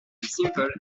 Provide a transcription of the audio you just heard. simple